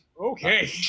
okay